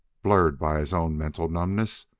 blurred by his own mental numbness,